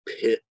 pit